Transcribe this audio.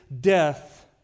death